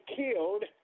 killed